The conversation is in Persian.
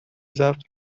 ضبط